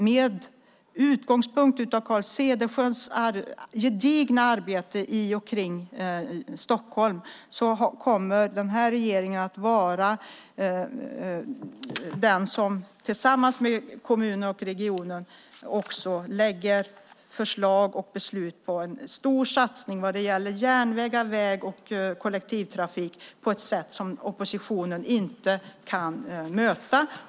Med utgångspunkt i Carl Cederschiölds gedigna arbete i och kring Stockholm kommer regeringen tillsammans med kommuner och regionen att lägga fram förslag för beslut om en stor satsning för väg, järnväg och kollektivtrafik, på ett sätt som oppositionen inte kan möta.